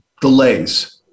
delays